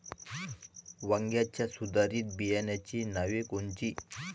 वांग्याच्या सुधारित बियाणांची नावे कोनची?